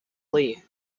lee